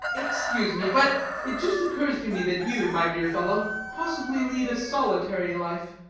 excuse me, but it just occurs to me that you, my dear fellow, possibly lead a solitary life.